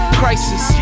crisis